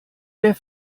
der